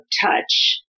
touch